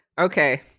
Okay